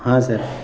ہاں سر